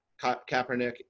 Kaepernick